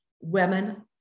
women